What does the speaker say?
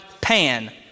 Pan